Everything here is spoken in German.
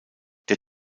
der